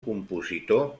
compositor